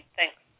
Thanks